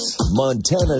Montana